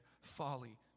folly